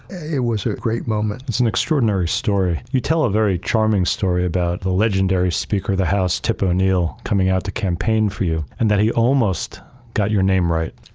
it was a great moment. it's an extraordinary story. you tell a very charming story about the legendary speaker of the house, tip o'neill, coming out to campaign for you and that he almost got your name right.